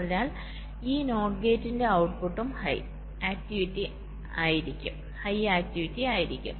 അതിനാൽ ഈ NOT ഗേറ്റിന്റെ ഔട്ട്പുട്ടും ഹൈ ആക്ടിവിറ്റി ആയിരിക്കും